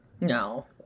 No